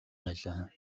байлаа